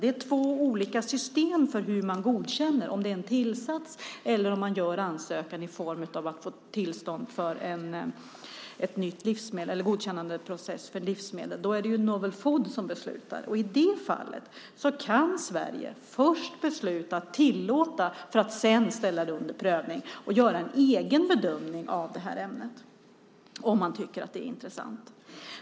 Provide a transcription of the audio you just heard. Det är två olika system för hur man godkänner, om det är en tillsats eller om man gör ansökan för att få en godkännandeprocess för ett nytt livsmedel. Då är det ju ett beslut enligt novel foods . I det fallet kan Sverige först besluta att tillåta det för att sedan ställa det under prövning och göra en egen bedömning av ämnet - om man tycker att det är intressant.